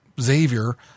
Xavier